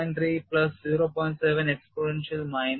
7 exponential minus 0